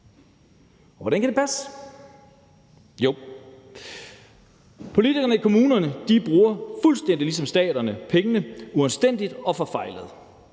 Hvordan kan det passe? Jo, politikerne i kommunerne bruger fuldstændig ligesom staten pengene uanstændigt og forfejlet.